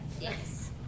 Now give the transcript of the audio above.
Yes